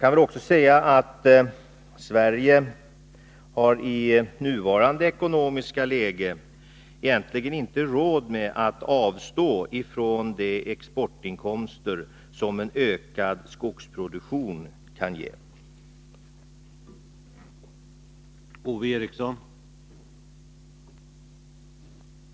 Jag kan också säga att Sverige i nuvarande ekonomiska läge egentligen inte har råd att avstå från de exportinkomster som en ökad skogsproduktion kan